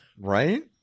Right